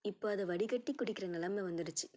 இப்போ அதை வடிகட்டி குடிக்கிற நிலம வந்துடுச்சு